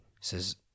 says